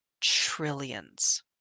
trillions